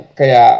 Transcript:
kaya